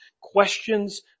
questions